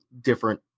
different